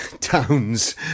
towns